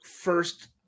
first